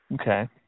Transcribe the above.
Okay